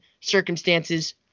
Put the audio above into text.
circumstances